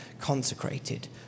consecrated